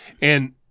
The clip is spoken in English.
And-